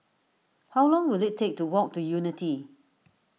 how long will it take to walk to Unity